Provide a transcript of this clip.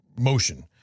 motion